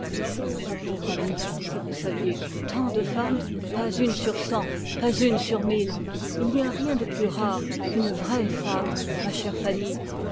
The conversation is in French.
ma pauvre amie si vous saviez tant de femmes pas une sur cent pas une sur mille il n'y a rien de plus rare qu'une vraie femme ma chère fanny